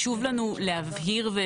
הם לא הגיעו, הם היו בזום.